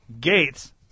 Gates